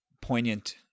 poignant